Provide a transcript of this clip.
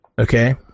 Okay